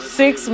six